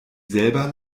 selber